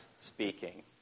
speaking